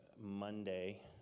monday